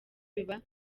biba